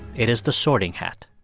it is the sorting hat